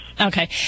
Okay